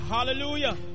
Hallelujah